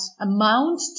amount